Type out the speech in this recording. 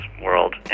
world